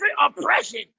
oppression